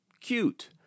Cute